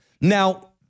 Now